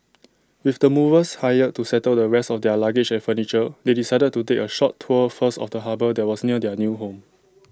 with the movers hired to settle the rest of their luggage and furniture they decided to take A short tour first of the harbour that was near their new home